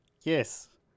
Yes